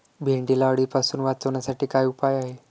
भेंडीला अळीपासून वाचवण्यासाठी काय उपाय आहे?